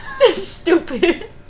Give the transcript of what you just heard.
Stupid